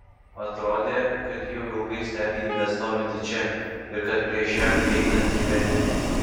atrodė kad ji jau ilgai stebi jį bestovintį čia ir kad prieš jam įeinant ji verkė